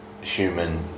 human